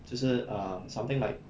就是 um something like